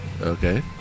Okay